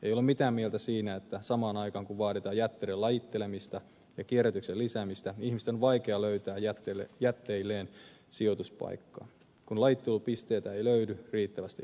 ei ole mitään mieltä siinä että samaan aikaan kun vaaditaan jätteiden lajittelemista ja kierrätyksen lisäämistä ihmisten on vaikea löytää jätteilleen sijoituspaikkaa kun lajittelupisteitä ei löydy riittävästi lähiympäristöstä